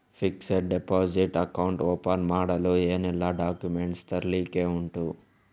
Fixed deposit account open ಮಾಡಲು ಏನೆಲ್ಲಾ documents ತರ್ಲಿಕ್ಕೆ ಉಂಟು?